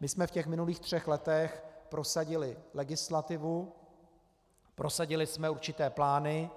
My jsme v minulých třech letech prosadili legislativu, prosadili jsme určité plány,